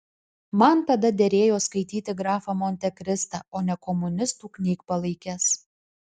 man tada derėjo skaityti grafą montekristą o ne komunistų knygpalaikes